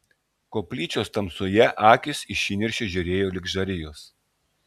koplyčios tamsoje akys iš įniršio žėrėjo lyg žarijos